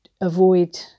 avoid